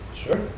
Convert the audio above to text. Sure